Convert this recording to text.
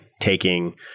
taking